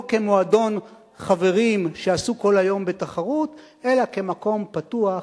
לא כמועדון חברים שעסוק כל היום בתחרות אלא כמקום פתוח,